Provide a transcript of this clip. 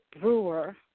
Brewer